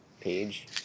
page